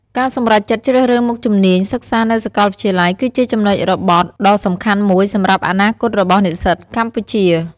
ការសម្រេចចិត្តជ្រើសរើសមុខជំនាញសិក្សានៅសាកលវិទ្យាល័យ គឺជាចំណុចរបត់ដ៏សំខាន់មួយសម្រាប់អនាគតរបស់និស្សិតកម្ពុជា។